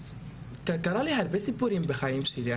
קרו לי הרבה סיפורים בחיים שלי.